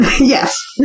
Yes